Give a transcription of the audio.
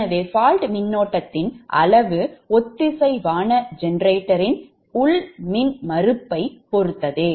எனவே fault மின்னோட்டத்தின் அளவு ஒத்திசைவான ஜெனரேட்டரின் உள் மின்மறுப்பைப் பொறுத்தது